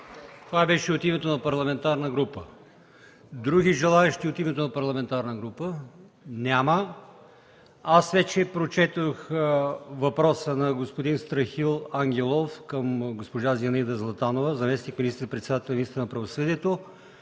изказване от името на парламентарна група. Други желаещи от името на парламентарна група? Няма. Аз вече прочетох въпроса на господин Страхил Ангелов към госпожа Зинаида Златанова – заместник министър-председател и министър на правосъдието.